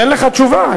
אני נותן לך תשובה.